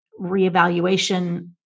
reevaluation